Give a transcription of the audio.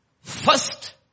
First